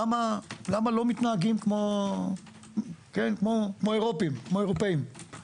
למה לא מתנהגים כמו אירופאיים?